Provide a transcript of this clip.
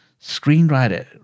screenwriter